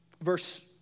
Verse